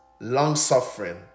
long-suffering